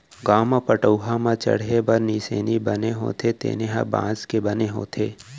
गाँव म पटअउहा म चड़हे बर निसेनी बने होथे तेनो ह बांस के बने होथे